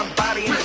body.